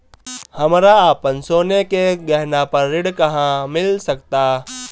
हमरा अपन सोने के गहना पर ऋण कहां मिल सकता?